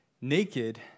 naked